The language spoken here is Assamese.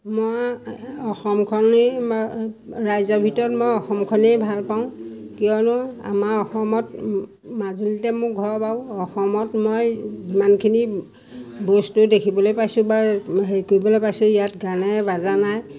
মই অসমখনেই ৰাজ্যৰ ভিতৰত মই অসমখনেই ভাল পাওঁ কিয়নো আমাৰ অসমত মাজুলীতে মোৰ ঘৰ বাৰু অসমত মই যিমানখিনি বস্তু দেখিবলৈ পাইছোঁ বা হেৰি কৰিবলৈ পাইছোঁ ইয়াত গানে বাজানাই